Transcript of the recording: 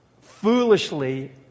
foolishly